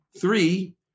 Three